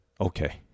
Okay